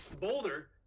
boulder